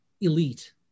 elite